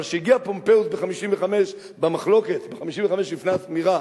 אבל כשהגיע פומפיוס ב-55 לפני הספירה,